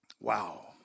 Wow